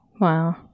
wow